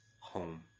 home